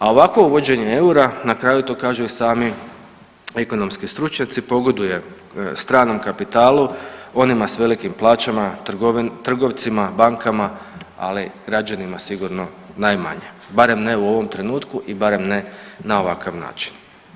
A ovakvo uvođenje eura na kraju to kažu i sami ekonomski stručnjaci, pogoduje stranom kapitalu, onima s velikim plaćama, trgovcima, bankama, ali građanima sigurno najmanje barem ne u ovom trenutku i barem ne na ovakav način.